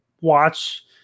watch